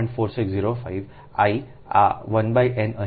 4605 I આ 1 n અહીં છેઅહીં 1 m છે